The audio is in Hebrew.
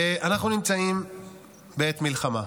אנחנו נמצאים בעת מלחמה,